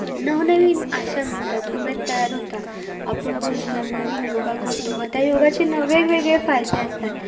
नवनवीन आशा मिळतात उमेद तयार होता आपण रोज नवनवीन योगा करतो व त्या योगाचे नवे वेगळे फायदे असतात